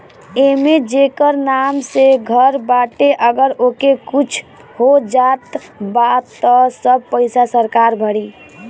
एमे जेकर नाम से घर बाटे अगर ओके कुछ हो जात बा त सब पईसा बैंक भरी